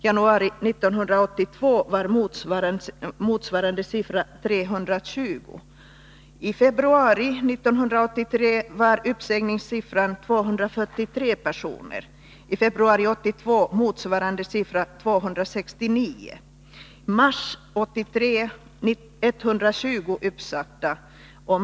I januari 1982 var motsvarande siffra 320.